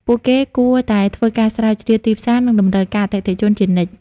ពួកគេគួរតែធ្វើការស្រាវជ្រាវទីផ្សារ និងតម្រូវការអតិថិជនជានិច្ច។